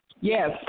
Yes